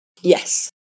Yes